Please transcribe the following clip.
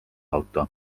auto